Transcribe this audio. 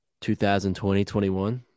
2020-21